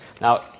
Now